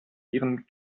ihren